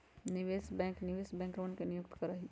निवेश बैंक निवेश बैंकरवन के नियुक्त करा हई